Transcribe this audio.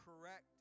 correct